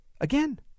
again